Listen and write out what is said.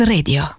Radio